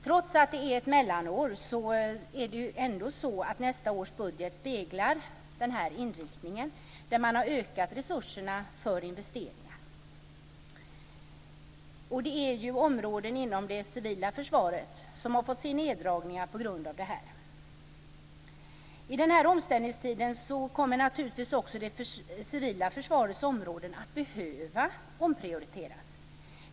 Trots att det är ett mellanår speglar ändå nästa års budget inriktningen på ökade resurser för investeringar. Det är ju områden inom det civila försvaret som har fått se neddragningar till följd av detta. I denna omställningstid kommer naturligtvis också det civila försvarets områden att behöva omprioriteras.